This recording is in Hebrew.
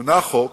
שהונח חוק